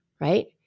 right